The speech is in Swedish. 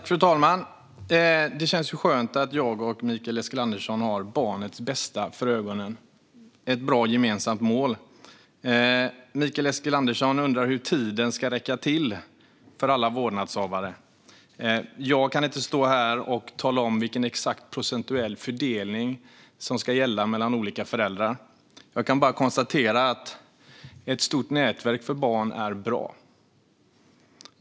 Fru talman! Det känns skönt att både jag och Mikael Eskilandersson har barnets bästa för ögonen. Det är ett bra gemensamt mål. Mikael Eskilandersson undrar hur tiden ska räcka till för alla vårdnadshavare. Jag kan inte stå här och tala om vilken exakt procentuell fördelning som ska gälla mellan olika föräldrar. Jag kan bara konstatera att ett stort nätverk för barn är bra.